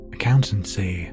accountancy